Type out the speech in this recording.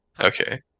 okay